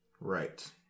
Right